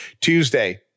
Tuesday